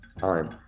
time